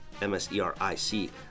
M-S-E-R-I-C